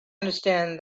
understand